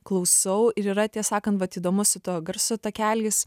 klausau ir yra ties sakant vat įdomu su tuo garso takeliais